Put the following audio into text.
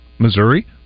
Missouri